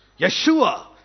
Yeshua